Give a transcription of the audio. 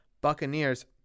Buccaneers